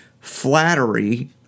flattery